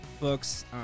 books